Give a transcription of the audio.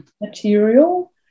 material